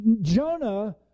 Jonah